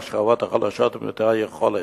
השכבות החלשות ומעוטי היכולת.